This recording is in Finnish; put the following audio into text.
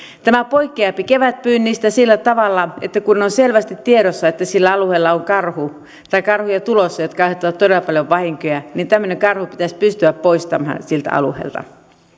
tämä poikkeaa kevätpyynnistä sillä tavalla että kun on selvästi tiedossa että sillä alueella on karhu tai karhuja tulossa jotka aiheuttavat todella paljon vahinkoja niin tämmöinen karhu pitäisi pystyä poistamaan siltä alueelta